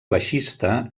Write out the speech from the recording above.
baixista